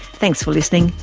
thanks for listening.